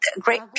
great